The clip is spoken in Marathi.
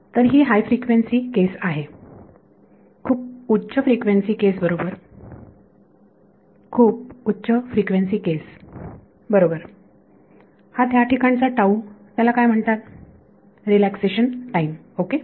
तर ही हाय फ्रिक्वेन्सी केस आहे खूप उच्च फ्रिक्वेन्सी केस बरोबर आणि हा त्या ठिकाणचा टाऊ त्याला काय म्हणतात रिलॅक्सेशन टाईम ओके